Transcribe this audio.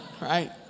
Right